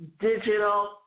digital